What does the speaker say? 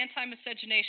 anti-miscegenation